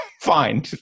fine